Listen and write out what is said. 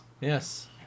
Yes